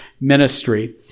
ministry